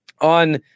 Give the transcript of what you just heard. on